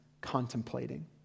contemplating